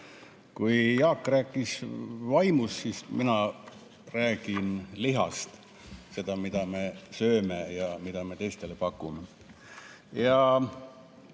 Kui Jaak rääkis vaimust, siis mina räägin lihast, sellest, mida me sööme ja mida me teistele pakume.